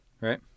right